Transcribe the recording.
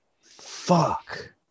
fuck